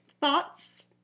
thoughts